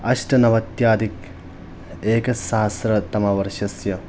अष्टनवत्यधिक एकसहस्रतमवर्षस्य